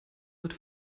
wird